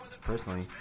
personally